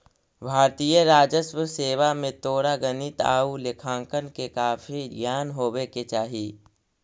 भारतीय राजस्व सेवा में तोरा गणित आउ लेखांकन के काफी ज्ञान होवे के चाहि